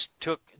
took